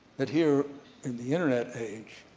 that here in the internet age,